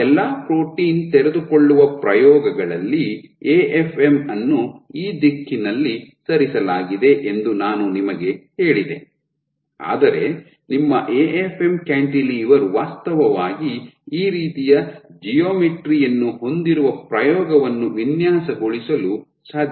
ನಮ್ಮ ಎಲ್ಲಾ ಪ್ರೋಟೀನ್ ತೆರೆದುಕೊಳ್ಳುವ ಪ್ರಯೋಗಗಳಲ್ಲಿ ಎಎಫ್ಎಂ ಅನ್ನು ಈ ದಿಕ್ಕಿನಲ್ಲಿ ಸರಿಸಲಾಗಿದೆ ಎಂದು ನಾನು ನಿಮಗೆ ಹೇಳಿದೆ ಆದರೆ ನಿಮ್ಮ ಎಎಫ್ಎಂ ಕ್ಯಾಂಟಿಲಿವರ್ ವಾಸ್ತವವಾಗಿ ಈ ರೀತಿಯ ಜ್ಯಾಮೆಟ್ರಿ ಯನ್ನು ಹೊಂದಿರುವ ಪ್ರಯೋಗವನ್ನು ವಿನ್ಯಾಸಗೊಳಿಸಲು ಸಾಧ್ಯವಿದೆ